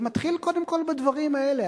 זה מתחיל קודם כול בדברים האלה,